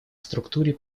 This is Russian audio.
структуре